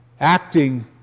acting